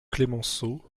clemenceau